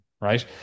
Right